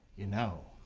you know,